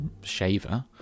shaver